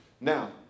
Now